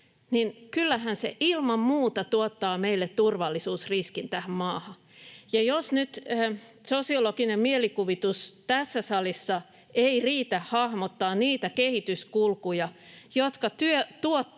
niin kyllähän se ilman muuta tuottaa meille turvallisuusriskin tähän maahan. Ja jos nyt sosiologinen mielikuvitus tässä salissa ei riitä hahmottamaan niitä kehityskulkuja, jotka tuottavat